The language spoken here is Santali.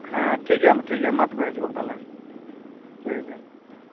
ᱦᱮᱸ ᱴᱷᱤᱠ ᱜᱮᱭᱟ ᱢᱟ ᱴᱷᱤᱠ ᱜᱮᱭᱟ ᱢᱟ ᱢᱟ ᱛᱚᱵᱮ ᱦᱤᱡᱩᱜᱚᱜ ᱢᱮ ᱛᱟᱦᱚᱞᱮ ᱴᱷᱤᱠ ᱜᱮᱭᱟ